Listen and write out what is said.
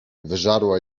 wyżarła